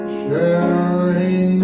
sharing